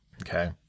Okay